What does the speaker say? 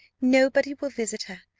nobody will visit her,